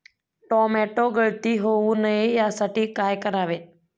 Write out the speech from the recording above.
Tomato गळती होऊ नये यासाठी काय करावे?